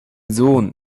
sohn